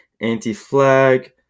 Anti-Flag